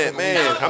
man